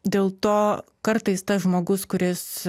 dėl to kartais tas žmogus kuris